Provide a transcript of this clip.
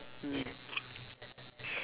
mm